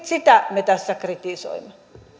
sitä me tässä kritisoimme